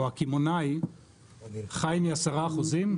או הקמעונאי חי מעשרה אחוזים?